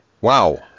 Wow